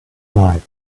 night